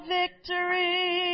victory